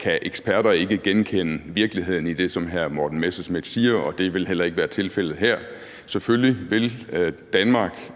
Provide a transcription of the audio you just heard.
kan eksperter ikke genkende virkeligheden i det, som hr. Morten Messerschmidt siger, og det vil heller ikke være tilfældet her. Selvfølgelig vil Danmark